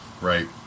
Right